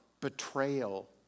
betrayal